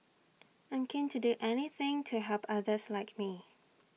I'm keen to do anything to help others like me